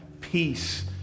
peace